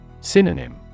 Synonym